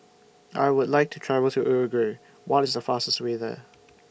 I Would like to travel to Uruguay What IS The fastest Way There